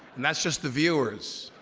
and that's just the viewers.